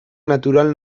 natural